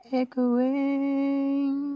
echoing